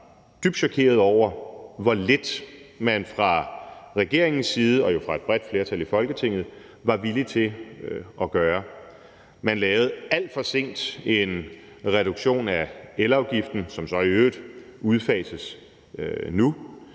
dybt chokerede over, hvor lidt man fra regeringens side og jo fra et bredt flertal i Folketinget var villige til at gøre. Man lavede alt for sent en reduktion af elafgiften, som så i øvrigt udfases nu.